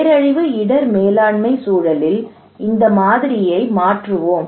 பேரழிவு இடர் மேலாண்மை சூழலில் இந்த மாதிரியை மாற்றுவோம்